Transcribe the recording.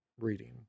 reading